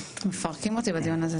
יש לך משרה בבריטניה,